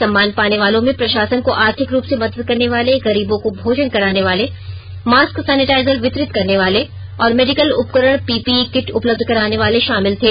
सम्मान पाने वालों में प्रशासन को आर्थिक रूप से मदद करने वाले गरीबो को भोजन कराने वाले मास्क सेनेटाइजर वितरित करने वाले और मेडिकल उपकरण पीपीई किट उपलब्ध कराने वाले शामिल थे